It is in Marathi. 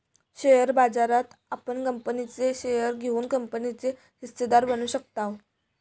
शेअर बाजारात आपण कंपनीचे शेअर घेऊन कंपनीचे हिस्सेदार बनू शकताव